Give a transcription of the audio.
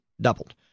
doubled